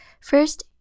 first